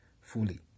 fully